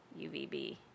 UVB